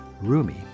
Rumi